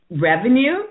revenue